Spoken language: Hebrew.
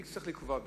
מי צריך לקבוע בזה?